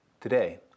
today